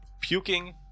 puking